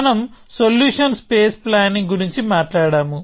మనం solution space planning గురించి మాట్లాడాము